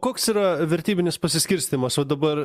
koks yra vertybinis pasiskirstymas va dabar